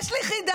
יש לי חידה,